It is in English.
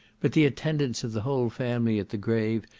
but the attendance of the whole family at the grave,